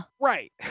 Right